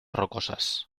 rocosas